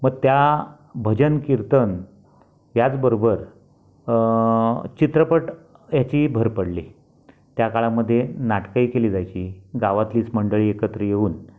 म त्या भजन कीर्तन याच बरोबर चित्रपट याची भर पडली त्या काळामध्ये नाटकंही केली जायची गावतलीच मंडळी एकत्र येऊन